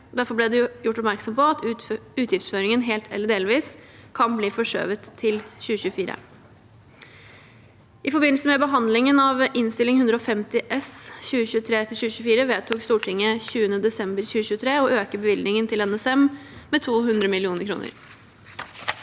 Derfor ble det gjort oppmerksom på at utgiftsføringen helt eller delvis kunne bli forskjøvet til 2024. I forbindelse med behandlingen av Innst. 150 S for 2023–2024 vedtok Stortinget den 20. desember 2023 å øke bevilgningen til NSM med 200 mill. kr.